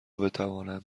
بتوانند